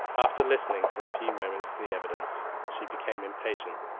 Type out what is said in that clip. after listening for a few moments to the evidence she became impatient,